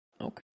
Okay